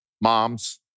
moms